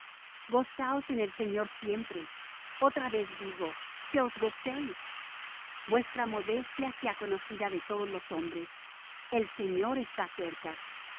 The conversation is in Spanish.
gozaos en el señor siempre otra vez digo que os gocéis vuestra modestia sea conocida de todos los hombres el señor está cerca